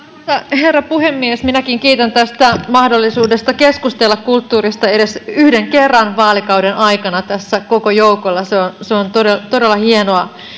herra puhemies minäkin kiitän tästä mahdollisuudesta keskustella kulttuurista edes yhden kerran vaalikauden aikana tässä koko joukolla se se on todella todella hienoa